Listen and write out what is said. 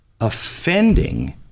offending